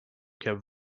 kept